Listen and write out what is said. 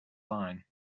line